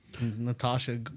Natasha